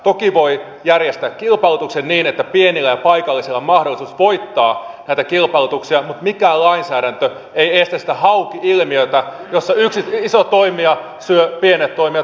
toki voi järjestää kilpailutuksen niin että pienillä ja paikallisilla on mahdollisuus voittaa näitä kilpailutuksia mutta mikään lainsäädäntö ei estä sitä hauki ilmiötä jossa yksi iso toimija syö pienet toimijat pois markkinoilta